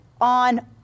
on